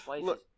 Look